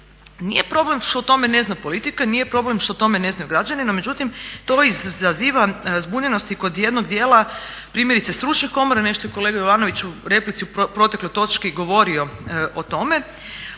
Nije problem što o tome ne zna politika, nije problem što o tome ne znaju građani no međutim, to izaziva zbunjenost i kod jednog dijela primjerice stručne komore, nešto je i kolega Jovanović u replici o protekloj točci govorio o tome,